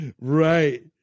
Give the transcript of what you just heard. Right